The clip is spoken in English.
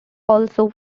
also